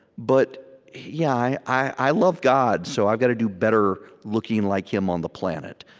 but yeah i love god, so i've got to do better, looking like him on the planet.